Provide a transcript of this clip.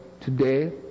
today